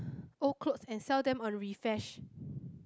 old clothes and sell them on Refash